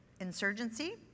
insurgency